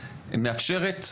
מאפשרת,